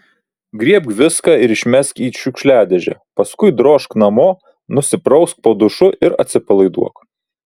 griebk viską ir išmesk į šiukšliadėžę paskui drožk namo nusiprausk po dušu ir atsipalaiduok